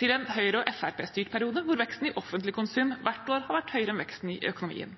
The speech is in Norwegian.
til en Høyre- og Fremskrittsparti-styrt periode hvor veksten i offentlig konsum hvert år har vært høyere enn veksten i økonomien